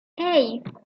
hey